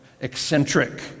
Eccentric